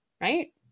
right